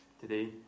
today